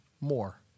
more